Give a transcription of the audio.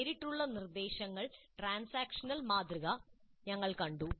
നേരിട്ടുള്ള നിർദ്ദേശത്തിന്റെ ട്രാൻസാക്ഷണൽ മാതൃക ഞങ്ങൾ കണ്ടു